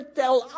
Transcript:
tell